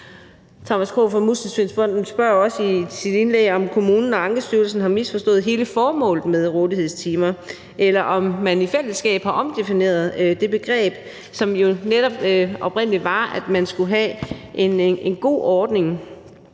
Thomas Krog fra Muskelsvindfonden spørger også i sit indlæg om, om kommunen og Ankestyrelsen har misforstået hele formålet med rådighedstimer, eller om man i fællesskab har omdefineret det begreb, som jo oprindeligt var, at man skulle have en god ordning,